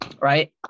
right